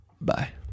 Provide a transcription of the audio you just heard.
Bye